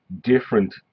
different